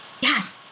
Yes